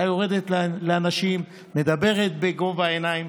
הייתה יורדת לאנשים, מדברת בגובה העיניים.